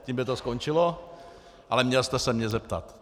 Tím by to skončilo, ale měl jste se mě zeptat.